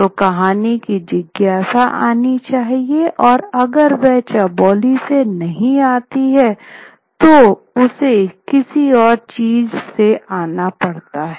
तो कहानी की जिज्ञासा आनी चाहिए और अगर वह चौबोली से नहीं आती है तो उसे किसी और चीज से आना पड़ता है